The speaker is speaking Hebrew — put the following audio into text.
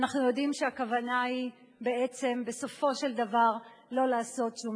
אנחנו יודעים שהכוונה היא בסופו של דבר לא לעשות שום דבר.